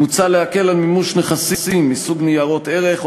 מוצע להקל על מימוש נכסים מסוג ניירות ערך או